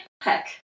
Heck